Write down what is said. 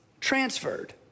transferred